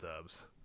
dubs